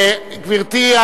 גברתי,